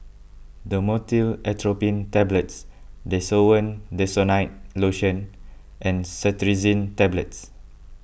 Dhamotil Atropine Tablets Desowen Desonide Lotion and Cetirizine Tablets